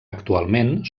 actualment